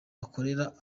akorera